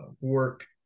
work